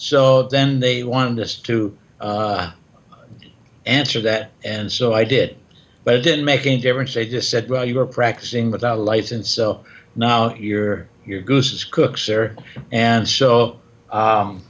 so then they wanted us to answer that and so i did but it didn't make any difference they just said well you were practicing without a license so now you're here goose is cooked there and so